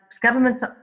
governments